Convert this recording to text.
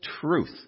truth